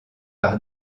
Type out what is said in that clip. par